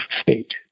state